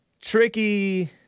tricky